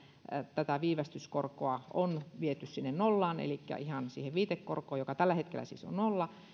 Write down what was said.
tätä viivästyskorkoa on viety nollaan elikkä ihan siihen viitekorkoon joka tällä hetkellä siis on nolla